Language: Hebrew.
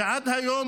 ועד היום,